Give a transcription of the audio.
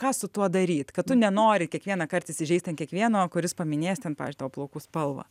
ką su tuo daryt kad tu nenori kiekvienąkart įsižeist ant kiekvieno kuris paminės ten pavyzdžiui tavo plaukų spalvą